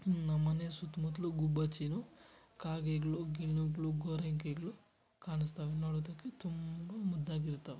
ಇನ್ನು ನಮ್ಮ ಮನೆ ಸುತ್ತಮುತ್ಲು ಗುಬ್ಬಚ್ಚಿನೂ ಕಾಗೆಗಳು ಗಿಳಿಗಳು ಗೋರಿಂಕೆಗಳು ಕಾಣಿಸ್ತವೆ ನೋಡೋದಕ್ಕೆ ತುಂಬ ಮುದ್ದಾಗಿರ್ತವೆ